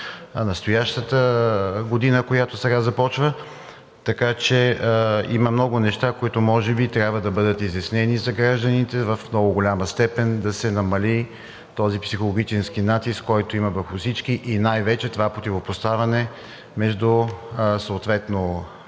настоящата година, която сега започва. Така че има много неща, които може би трябва да бъдат изяснени за гражданите, и в много голяма степен да се намали този психологически натиск, който има върху всички и най-вече това противопоставяне между